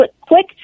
Quick